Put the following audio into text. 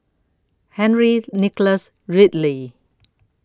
Henry Nicholas Ridley